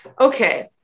Okay